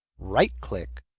right-click.